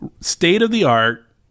state-of-the-art